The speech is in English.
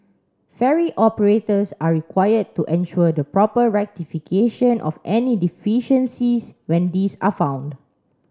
ferry operators are required to ensure the proper rectification of any deficiencies when these are found